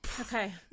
Okay